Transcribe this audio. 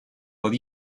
will